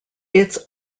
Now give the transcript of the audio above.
its